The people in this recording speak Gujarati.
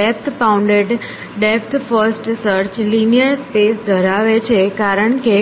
depth bounded depth first search linear space ધરાવે છે કારણ કે